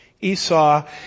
Esau